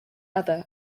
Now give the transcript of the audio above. other